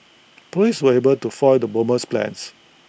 Police were able to foil the bomber's plans